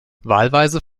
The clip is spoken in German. wahlweise